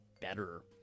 better